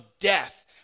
death